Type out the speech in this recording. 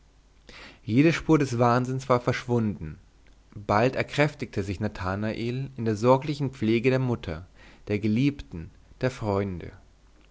jede spur des wahnsinns war verschwunden bald erkräftigte sich nathanael in der sorglichen pflege der mutter der geliebten der freunde